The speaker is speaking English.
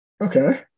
Okay